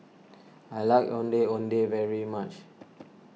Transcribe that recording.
I like Ondeh Ondeh very much